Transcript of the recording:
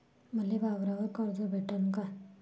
मले वावरावर कर्ज भेटन का?